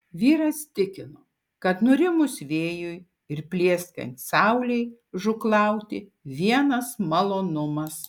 vyras tikino kad nurimus vėjui ir plieskiant saulei žūklauti vienas malonumas